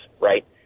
right